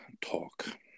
talk